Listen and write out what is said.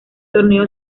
torneo